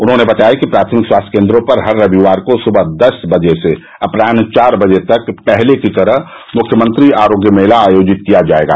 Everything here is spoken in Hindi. उन्होंने बताया कि प्राथमिक स्वास्थ्य केन्द्रों पर हर रविवार को सुबह दस बजे से अपराहन चार बजे तक पहले की तरह मुख्यमंत्री आरोग्य मेला आयोजित किया जायेगा